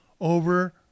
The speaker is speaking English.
over